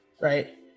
right